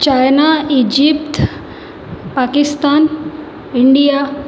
China Egypt Pakistan India